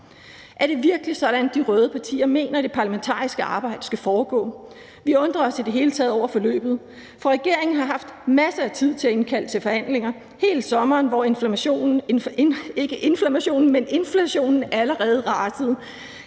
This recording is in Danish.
Er det virkelig sådan, de røde partier mener det parlamentariske arbejde skal foregå? Vi undrer os i det hele taget over forløbet, for regeringen har haft masser af tid til at indkalde til forhandlinger – hele sommeren, hvor inflationen allerede rasede.